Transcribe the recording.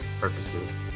purposes